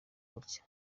gutya